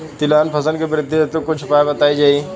तिलहन फसल के वृद्धी हेतु कुछ उपाय बताई जाई?